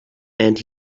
and